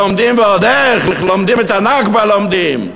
לומדים ועוד איך, לומדים את הנכבה, לומדים.